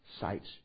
sites